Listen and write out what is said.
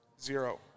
Zero